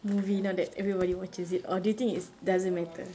movie now that everybody watches it or do you think it's doesn't matter